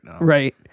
Right